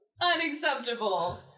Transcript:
Unacceptable